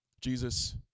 Jesus